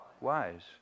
wise